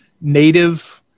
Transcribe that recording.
native